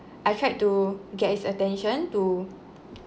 I tried to get his attention to